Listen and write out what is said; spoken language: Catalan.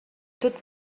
tot